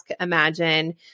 imagine